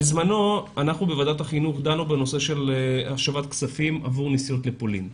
בזמנו אנחנו בוועדת החינוך דנו בנושא של השבת כספים עבור נסיעות לפולין.